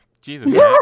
jesus